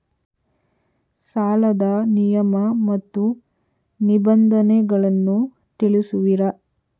ಸಾಲದ ನಿಯಮ ಮತ್ತು ನಿಬಂಧನೆಗಳನ್ನು ತಿಳಿಸುವಿರಾ?